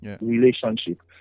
relationship